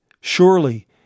surely